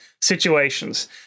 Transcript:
Situations